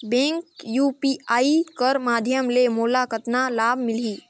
Bank UPI कर माध्यम ले मोला कतना लाभ मिली?